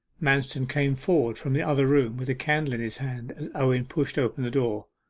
manston came forward from the other room with a candle in his hand, as owen pushed open the door.